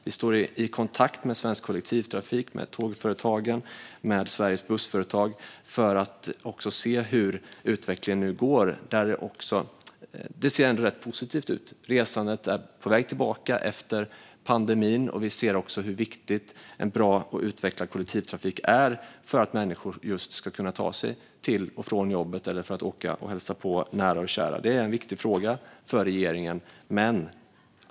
Vi står i kontakt med Svensk Kollektivtrafik, Tågföretagen och Sveriges Bussföretag för att titta på utvecklingen, och det ser ändå rätt positivt ut. Resandet är på väg tillbaka efter pandemin, och vi ser hur viktigt det är med en bra och utvecklad kollektivtrafik för att människor ska kunna ta sig till och från jobbet eller åka och hälsa på nära och kära. Det är en viktig fråga för regeringen.